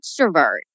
extrovert